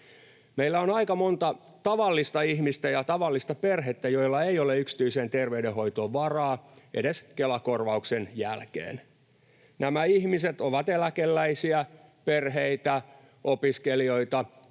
Meillä on aika monta tavallista ihmistä ja tavallista perhettä, joilla ei ole yksityiseen terveydenhoitoon varaa edes Kela-korvauksen jälkeen. Nämä ihmiset ovat eläkeläisiä, perheitä, opiskelijoita,